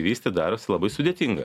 vystyt darosi labai sudėtinga